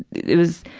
it was,